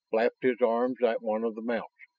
flapped his arms at one of the mounts,